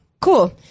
Cool